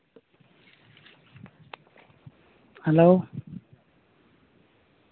hello